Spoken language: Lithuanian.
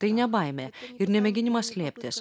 tai ne baimė ir ne mėginimas slėptis